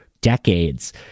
decades